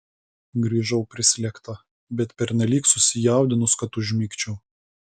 grįžau prislėgta bet pernelyg susijaudinus kad užmigčiau